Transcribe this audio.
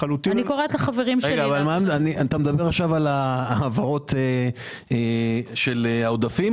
אתה מדבר עכשיו על ההעברות של העודפים?